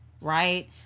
right